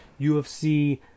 UFC